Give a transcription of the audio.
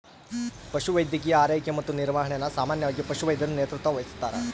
ಪಶುವೈದ್ಯಕೀಯ ಆರೈಕೆ ಮತ್ತು ನಿರ್ವಹಣೆನ ಸಾಮಾನ್ಯವಾಗಿ ಪಶುವೈದ್ಯರು ನೇತೃತ್ವ ವಹಿಸ್ತಾರ